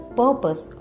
purpose